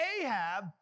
Ahab